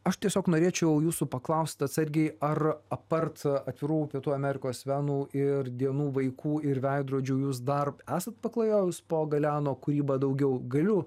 aš tiesiog norėčiau jūsų paklaust atsargiai ar apart atvirų pietų amerikos venų ir dienų vaikų ir veidrodžių jūs dar esat paklajojus po galeano kūrybą daugiau galiu